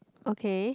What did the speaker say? okay